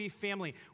family